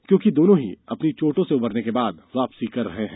क्योंकि दोनों ही अपनी चोटों से उबरने के बाद वापसी कर रहे हैं